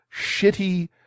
shitty